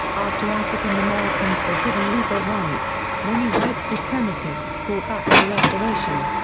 after african americans were given legal rights, many white supremacists fought back for restoration.